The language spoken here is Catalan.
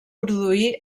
produir